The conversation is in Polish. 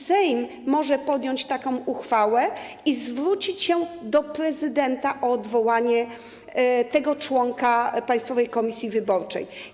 Sejm może podjąć taką uchwałę i zwrócić się do prezydenta o odwołanie tego członka Państwowej Komisji Wyborczej.